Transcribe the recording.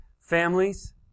Families